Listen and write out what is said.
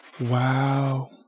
Wow